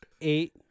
eight